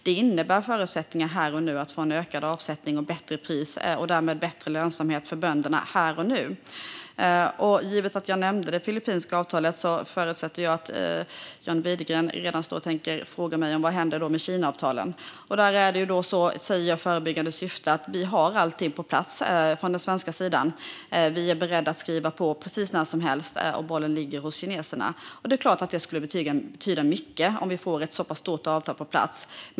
Det innebär förutsättningar här och nu att få en ökad avsättning, bättre pris och därmed bättre lönsamhet för bönderna här och nu. Givet att jag nämnde det filippinska avtalet förutsätter jag att John Widegren redan står och tänker fråga mig om vad som händer med Kinaavtalen. Där säger jag i förebyggande syfte att vi redan har allting på plats från den svenska sidan. Vi är beredda att skriva på precis när som helst, och bollen ligger hos kineserna. Det är klart att det skulle betyda mycket om vi får ett så pass stort avtal på plats.